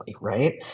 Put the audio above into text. right